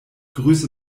grüße